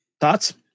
Thoughts